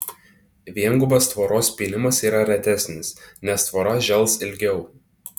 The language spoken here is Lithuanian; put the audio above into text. viengubas tvoros pynimas yra retesnis nes tvora žels ilgiau